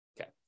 Okay